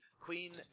Queen